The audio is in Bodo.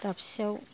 दाबसेयाव